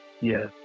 Yes